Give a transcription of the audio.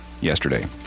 yesterday